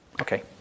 Okay